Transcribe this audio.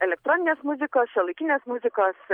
elektroninės muzikos šiuolaikinės muzikos